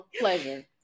pleasure